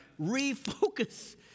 refocus